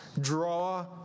draw